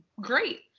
great